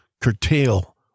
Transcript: curtail